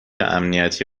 امنیتی